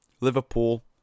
Liverpool